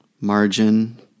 margin